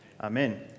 amen